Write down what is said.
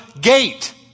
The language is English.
gate